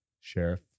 Sheriff